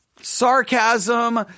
sarcasm